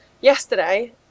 Yesterday